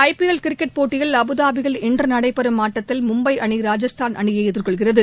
ஐ P L cricket போட்டியில் அபுதாபியில் இன்று நடைபெறும் ஆட்டத்தில் மும்பை அணி ராஜஸ்தான் அணியை எதிர்கொள்கிறது